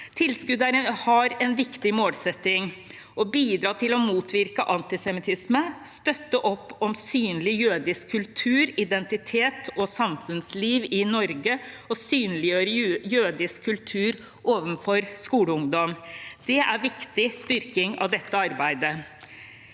Tilskuddet har en viktig målsetting, nemlig å bidra til å motvirke antisemittisme, støtte opp om synlig jødisk kultur, identitet og samfunnsliv i Norge og synliggjøre jødisk kultur overfor skoleungdom. Det er en viktig styrking av dette arbeidet.